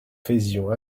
faisions